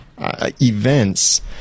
events